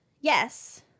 yes